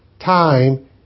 time